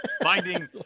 finding